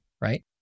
right